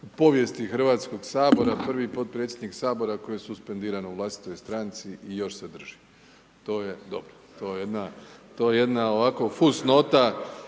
povijesti Hrvatskog sabora prvi potpredsjednik Sabora koji je suspendiran u vlastitoj stranci i još se drži, to je dobro. To je jedna ovako fus nota